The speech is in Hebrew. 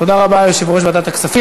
תודה רבה, יושב-ראש ועדת הכספים.